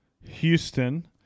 Houston